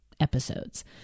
episodes